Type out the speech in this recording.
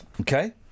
Okay